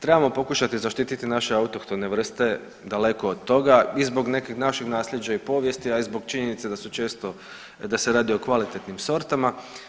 Trebamo pokušati zaštititi naše autohtone vrste, daleko od toga, i zbog nekih naših nasljeđa i povijesti, a i zbog činjenica su često, da se radi o kvalitetnim sortama.